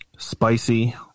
Spicy